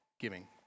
giving